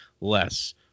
less